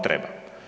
Treba.